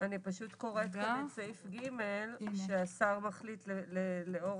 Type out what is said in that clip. אני פשוט קוראת את סעיף ג' שהשר מחליט לאור